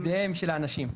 בידיהם של האנשים.